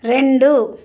రెండు